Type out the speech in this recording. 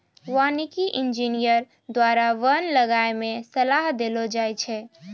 वानिकी इंजीनियर द्वारा वन लगाय मे सलाह देलो जाय छै